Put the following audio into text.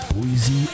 Boise